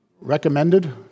recommended